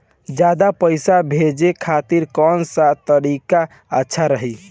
ज्यादा पईसा भेजे खातिर कौन सा तरीका अच्छा रही?